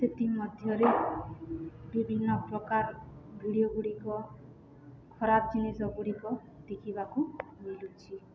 ସେଥିମଧ୍ୟରେ ବିଭିନ୍ନ ପ୍ରକାର ଭିଡ଼ିଓ ଗୁଡ଼ିକ ଖରାପ ଜିନିଷ ଗୁଡ଼ିକ ଦେଖିବାକୁ ମିଳୁଛି